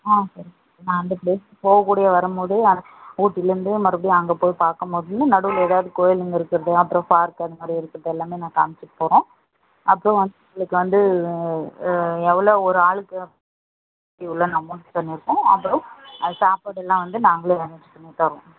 ஆ சரி நான் அந்த ப்ளேஸ் போக கூடிய வரம்போது ஊட்டிலருந்து மறுபடியும் அங்கே போய் பார்க்கம்போது நடுவில் எதாவது கோயிலுங்க இருக்கிறது அப்புறோம் பார்க் அந்த மாதிரி இருக்கது எல்லாமே நான் காமிச்சிட்டு போறேன் அப்புறோம் உங்ளுக்கு வந்து எவ்வளோ ஒரு ஆளுக்கு எவ்ளோன்னு அமௌன்ட் சொல்லிட்றன் அப்புறோம் அது சாப்பாடு எல்லாம் நாங்களே அரேஞ் பண்ணி தரோம்